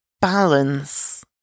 balance